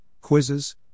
quizzes